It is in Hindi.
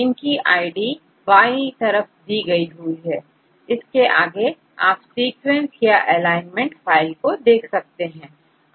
इनकी आईडी बाई तरफ दी हुई है इसके आगे आप सीक्वेंसेस या एलाइनमेंट फाइल देख सकते हैं